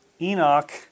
Enoch